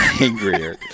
angrier